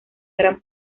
gran